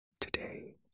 Today